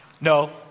No